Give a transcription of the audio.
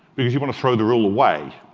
because you want to throw the rule away.